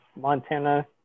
Montana